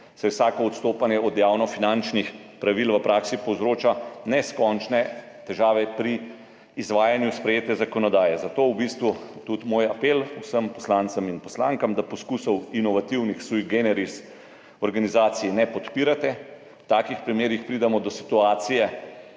saj vsako odstopanje od javnofinančnih pravil v praksi povzroča neskončne težave pri izvajanju sprejete zakonodaje. Zato v bistvu tudi moj apel vsem poslancem in poslankam, da poskusov inovativnih sui generis organizacij ne podpirate. V takih primerih pridemo do situacije,